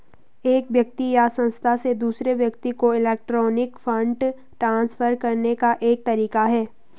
एक व्यक्ति या संस्था से दूसरे व्यक्ति को इलेक्ट्रॉनिक फ़ंड ट्रांसफ़र करने का एक तरीका है